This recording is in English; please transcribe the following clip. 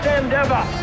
endeavor